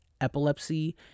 epilepsy